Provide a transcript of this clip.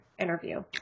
Interview